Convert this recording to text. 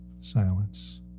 silence